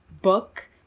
book